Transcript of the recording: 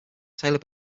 taylor